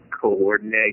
coordinate